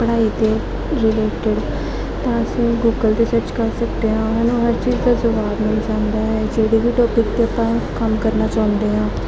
ਪੜ੍ਹਾਈ 'ਤੇ ਰਿਲੇਟਡ ਤਾਂ ਅਸੀਂ ਗੂਗਲ 'ਤੇ ਸਰਚ ਕਰ ਸਕਦੇ ਹਾਂ ਹੈ ਨਾ ਹਰ ਚੀਜ਼ ਦਾ ਜਵਾਬ ਮਿਲ ਜਾਂਦਾ ਹੈ ਜਿਹੜੇ ਵੀ ਟੌਪਿਕ 'ਤੇ ਆਪਾਂ ਕੰਮ ਕਰਨਾ ਚਾਹੁੰਦੇ ਹਾਂ